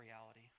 reality